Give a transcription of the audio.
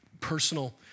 personal